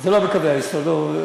זה לא בקווי היסוד.